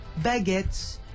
baguettes